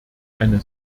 eine